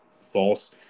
false